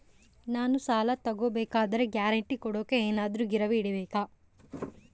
ನಾನು ಸಾಲ ತಗೋಬೇಕಾದರೆ ಗ್ಯಾರಂಟಿ ಕೊಡೋಕೆ ಏನಾದ್ರೂ ಗಿರಿವಿ ಇಡಬೇಕಾ?